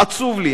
עצוב לי.